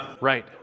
Right